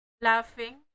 laughing